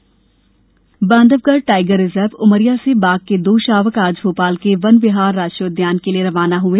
tiger Bandhavgarh tiger reserve Umaria से बाघ के दो शावक आज भोपाल के वन विहार राष्ट्रीय उद्यान के लिये रवाना हुए